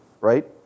right